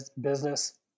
business